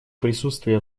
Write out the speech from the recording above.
присутствие